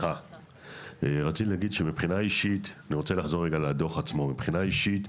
אני רוצה לחזור לדוח עצמו מבחינה אישית,